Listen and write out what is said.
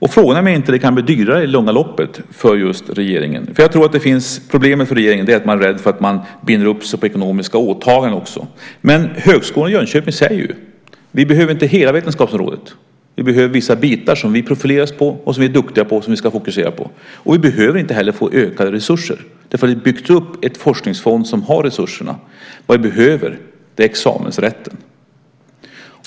Frågan är om det inte kan bli dyrare i det långa loppet för just regeringen. Problemet för regeringen är att man är rädd för att man binder upp sig för ekonomiska åtaganden. Men Högskolan i Jönköping säger: Vi behöver inte hela vetenskapsområdet. Vi behöver vissa bitar som vi profilerar oss på, som vi är duktiga på och som vi ska fokusera på. Vi behöver inte heller få ökade resurser, eftersom det har byggts upp en forskningsfond som har resurserna. Vad vi behöver är examensrätten.